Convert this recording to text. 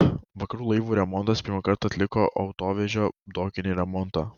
vakarų laivų remontas pirmą kartą atliko autovežio dokinį remontą